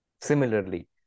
Similarly